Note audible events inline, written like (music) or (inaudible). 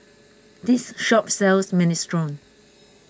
(noise) this shop sells Minestrone